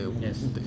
Yes